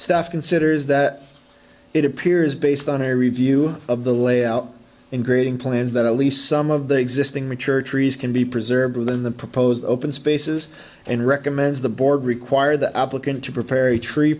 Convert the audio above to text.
stuff considers that it appears based on a review of the layout and grading plans that at least some of the existing mature trees can be preserved within the proposed open spaces and recommends the board require the applicant to prepare a tree